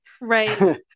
right